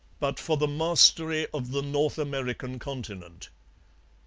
but for the mastery of the north american continent.